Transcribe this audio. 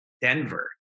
Denver